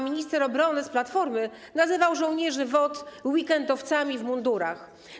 Minister obrony z Platformy nazywał żołnierzy WOT weekendowcami w mundurach.